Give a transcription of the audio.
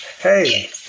Hey